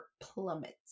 plummets